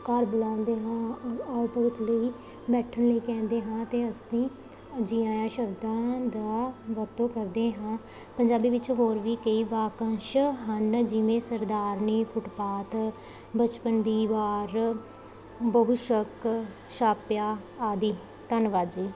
ਘਰ ਬੁਲਾਉਂਦੇ ਹਾਂ ਆਓ ਭਗਤ ਲਈ ਬੈਠਣ ਲਈ ਕਹਿੰਦੇ ਹਾਂ ਤਾਂ ਅਸੀਂ ਜੀ ਆਇਆਂ ਸ਼ਬਦਾਂ ਦਾ ਵਰਤੋਂ ਕਰਦੇ ਹਾਂ ਪੰਜਾਬੀ ਵਿੱਚ ਹੋਰ ਵੀ ਕਈ ਵਾਕੰਸ਼ ਹਨ ਜਿਵੇਂ ਸਰਦਾਰਨੀ ਫੁੱਟਪਾਥ ਬਚਪਨ ਦੀ ਵਾਰ ਬਹੁਤ ਸ਼ੱਕ ਛਾਪਿਆ ਆਦਿ ਧੰਨਵਾਦ ਜੀ